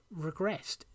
regressed